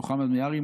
מוחמד מיעארי,